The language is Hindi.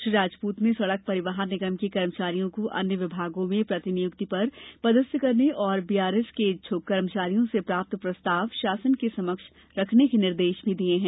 श्री राजपूत ने सड़क परिवहन निगम के कर्मचारियों को अन्य विभागों में प्रतिनियुक्ति पर पदस्थ करने और बीआरएस के इच्छुक कर्मचारियों से प्राप्त प्रस्ताव शासन के समक्ष रखने के निर्देश भी दिये हैं